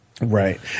Right